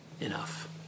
enough